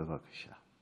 בבקשה.